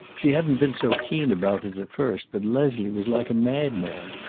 she hadn't been so keen about it, at first, but leslie was like a madman.